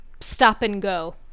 stop-and-go